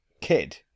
kid